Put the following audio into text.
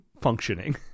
Functioning